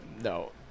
No